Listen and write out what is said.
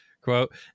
Quote